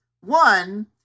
One